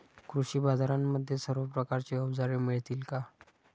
कृषी बाजारांमध्ये सर्व प्रकारची अवजारे मिळतील का?